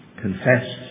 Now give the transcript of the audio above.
confessed